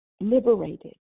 liberated